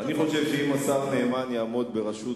אני חושב שאם השר נאמן יעמוד בראשות